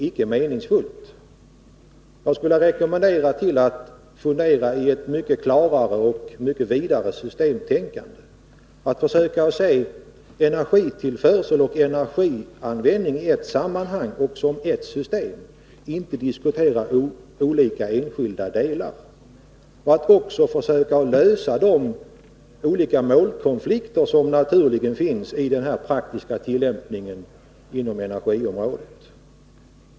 Jag skulle vilja rekommendera att man funderar i ett mycket klarare och vidare systemtänkande, att man försöker se energitillförsel och energianvändning i ett sammanhang och som ett system, och inte diskuterar olika enskilda delar. Man bör också försöka lösa de olika målkonflikter som naturligen finns i den praktiska tillämpningen inom energiområdet.